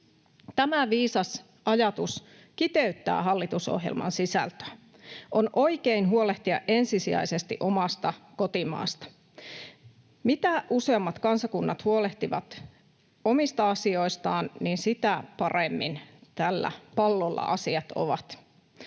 Tämä viisas ajatus kiteyttää hallitusohjelman sisältöä. On oikein huolehtia ensisijaisesti omasta kotimaasta. Mitä useammat kansakunnat huolehtivat omista asioistaan, sitä paremmin tällä pallolla asiat ovat.